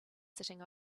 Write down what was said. sitting